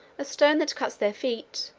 a stone that cuts their feet,